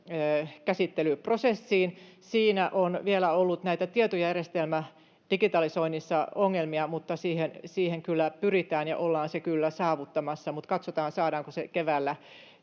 käsittelyprosessiin. Siinä on vielä ollut ongelmia näissä tietojärjestelmädigitalisoinneissa, mutta siihen kyllä pyritään ja ollaan se kyllä saavuttamassa, mutta katsotaan, saadaanko se keväällä